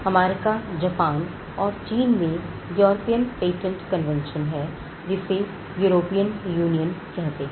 America Japan और चीन में यूरोपियन पेटेंट कन्वेंशन है जिसे यूरोपियन यूनियन कहते हैं